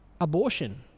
abortion